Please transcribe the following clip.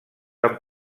han